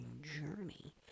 journey